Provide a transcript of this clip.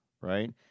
right